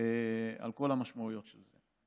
על כל המשמעויות של זה.